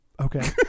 Okay